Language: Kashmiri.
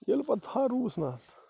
ییٚلہِ پتہٕ تھل رُوٕس نا